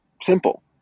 simple